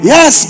Yes